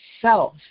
self